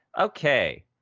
Okay